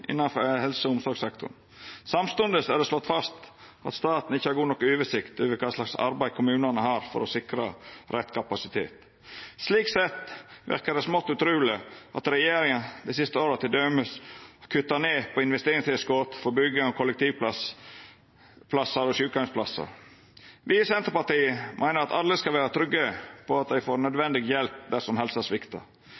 innanfor helse- og omsorgssektoren. Samstundes er det slått fast at staten ikkje har god nok oversikt over kva slags arbeid kommunane har for å sikra rett kapasitet. Slik sett verkar det smått utruleg at regjeringa dei siste